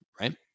right